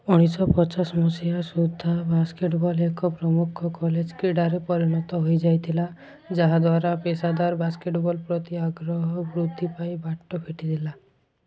ଉଣେଇଶହ ପଚାଶ ମସିହା ସୁଦ୍ଧା ବାସ୍କେଟ୍ ବଲ୍ ଏକ ପ୍ରମୁଖ କଲେଜ କ୍ରୀଡ଼ାରେ ପରିଣତ ହୋଇଯାଇଥିଲା ଯାହାଦ୍ୱାରା ପେସାଦାର ବାସ୍କେଟ୍ ବଲ୍ ପ୍ରତି ଆଗ୍ରହ ବୃଦ୍ଧି ପାଇଁ ବାଟ ଫିଟିଥିଲା